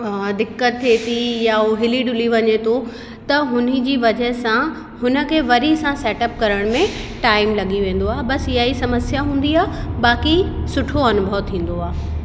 दिक़तु थिए थी या हू हिली डुली वञे थो त हुनजी वज़ह सां हुनखे वरी सां सेटअप करण में टाइम लॻी वेंदो आहे बसि इहा ई समस्या हूंदी आहे बाक़ी सुठो अनुभव थींदो आहे